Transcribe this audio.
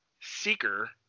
Seeker